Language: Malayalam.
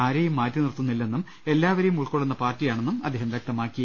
ആരേയും മാറ്റിനിർത്തുന്നില്ലെന്നും എല്ലാവരേയും ഉൾക്കൊള്ളുന്ന പാർട്ടിയാണെന്നും അദ്ദേഹം വ്യക്തമാക്കി